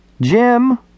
Jim